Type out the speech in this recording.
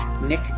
Nick